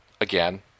again